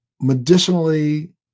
medicinally